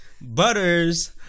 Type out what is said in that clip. Butters